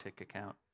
account